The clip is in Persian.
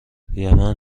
یمن